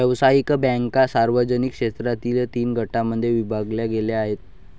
व्यावसायिक बँका सार्वजनिक क्षेत्रातील तीन गटांमध्ये विभागल्या गेल्या आहेत